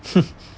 ha